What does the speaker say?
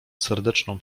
serdeczną